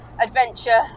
adventure